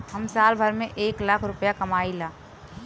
हम साल भर में एक लाख रूपया कमाई ला